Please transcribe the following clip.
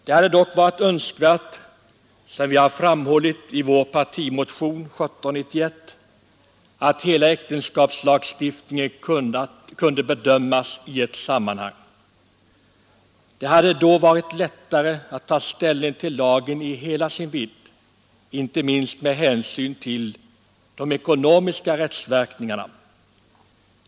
Det hade dock varit önskvärt, som vi har framhållit i partimotion 1971, att hela äktenskapslagstiftningen kunnat bedömas i ett sammanhang. Det hade då varit lättare att ta ställning till lagen i hela dess vidd, inte minst med hänsyn till de ekonomiska rättsverkningarna.